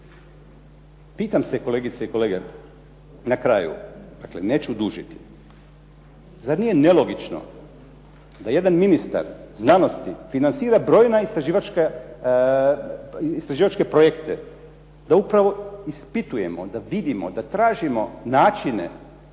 Pitam se kolegice i kolege na kraju, dakle neću dužiti, zar nije nelogično da jedan ministar znanosti financira brojne istraživačke projekte? Da upravo ispitujemo, da vidimo, da tražimo načine